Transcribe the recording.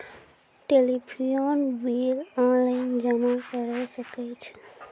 Telephone bill online जमा करै सकै छौ?